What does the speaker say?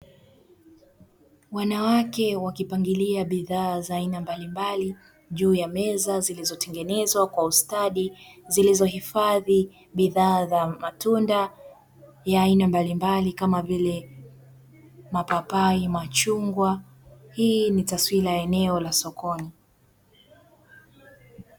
Wanawake wakipangilia bidhaa za aina mbalimbali juu ya meza zilizotengenezwa kwa ustadi zilizohifadhi bidhaa za matunda ya aina mbalimbali kama vile: mapapai, machungwa. Hii ni taswira ya eneo la sokoni.